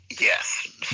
Yes